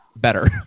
better